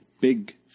Big